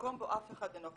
מקום בו אף אחד אינו חסין,